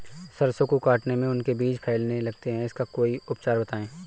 सरसो को काटने में उनके बीज फैलने लगते हैं इसका कोई उपचार बताएं?